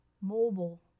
mobile